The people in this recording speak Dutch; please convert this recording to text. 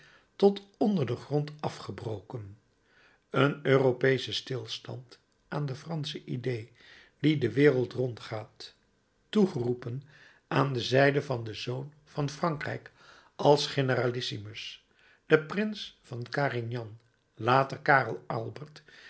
tot onder den grond afgebroken een europeesche stilstand aan de fransche idee die de wereld rondgaat toegeroepen aan de zijde van den zoon van frankrijk als generalissimus de prins van carignan later karel albert